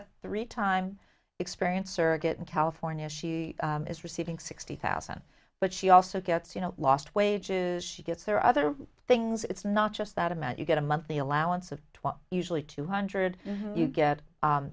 a three time experience surrogate in california she is receiving sixty thousand but she also gets you know lost wages she gets there are other things it's not just that amount you get a monthly allowance of twelve usually two hundred you get